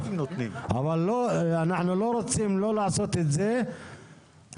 אבל אתם לא רוצים לא לעשות את זה וגם